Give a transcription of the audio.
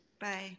Bye